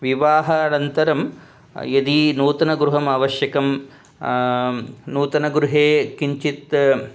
विवाहानन्तरं यदि नूतनगृहमावश्यकं नूतनगृहे किञ्चित्